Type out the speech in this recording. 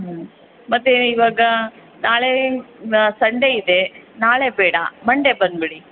ಹ್ಞೂ ಮತ್ತೆ ಇವಾಗ ನಾಳೆ ಸಂಡೇ ಇದೆ ನಾಳೆ ಬೇಡ ಮಂಡೆ ಬಂದುಬಿಡಿ